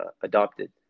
adopted